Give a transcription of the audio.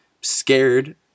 scared